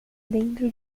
dentro